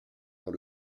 dans